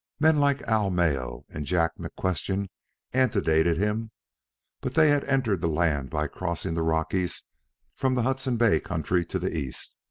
men like al mayo and jack mcquestion antedated him but they had entered the land by crossing the rockies from the hudson bay country to the east.